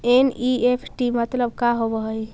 NEFT मतलब का होब हई?